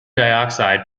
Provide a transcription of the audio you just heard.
dioxide